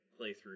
playthrough